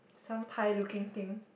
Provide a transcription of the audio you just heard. some pie looking thing